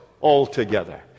altogether